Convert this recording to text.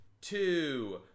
two